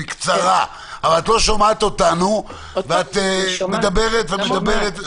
אבל את לא שמעת אותנו בפעם הקודמת ודיברת ודיברת.